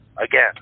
Again